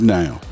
now